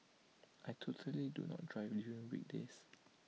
I totally do not drive during weekdays